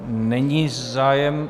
Není zájem.